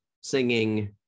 singing